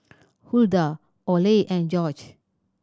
Hulda Orley and Jorge